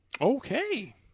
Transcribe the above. Okay